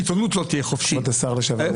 עיתונות לא תהיה חופשית -- כבוד השר לשעבר,